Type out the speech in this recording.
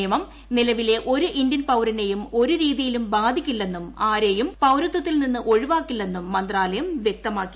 നിയമം നിലവിലെ ഒരു ഇന്ത്യൻ പൌരനെയും ഒരു രീതിയിലും ബാധിക്കില്ലെന്നും ആരെയും പൌരത്വത്തിൽ നിന്ന് ഒഴിവാക്കില്ലെന്നും മന്ത്രാലയം വ്യക്തമാക്കി